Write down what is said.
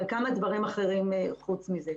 אבל כמה דברים אחרים חוץ מזה.